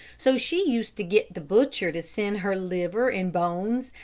so she used to get the butcher to send her liver, and bones,